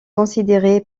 considéré